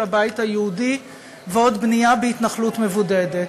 הבית היהודי ועוד בנייה בהתנחלות מבודדת.